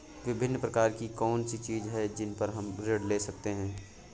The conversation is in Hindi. विभिन्न प्रकार की कौन सी चीजें हैं जिन पर हम ऋण ले सकते हैं?